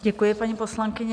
Děkuji, paní poslankyně.